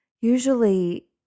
Usually